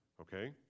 okay